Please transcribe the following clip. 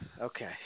Okay